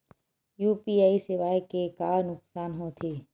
UPI सेवाएं के का नुकसान हो थे?